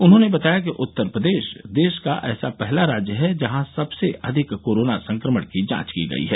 उन्होंने बताया कि उत्तर प्रदेश देश का ऐसा पहला राज्य है जहां सबसे अधिक कोरोना संक्रमण की जांच की गई है